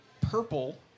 purple